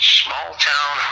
small-town